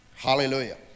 Hallelujah